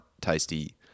tasty